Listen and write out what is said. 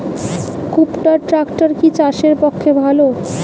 কুবটার ট্রাকটার কি চাষের পক্ষে ভালো?